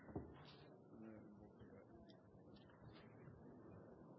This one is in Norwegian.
presidenten